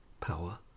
power